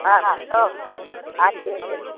ஆ hello யார் பேசகிறது